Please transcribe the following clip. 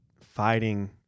fighting